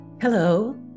Hello